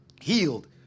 healed